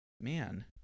Man